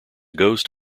ghost